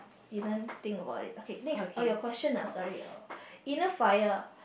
didn't think about it okay next oh your question ah sorry oh inner fire